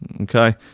Okay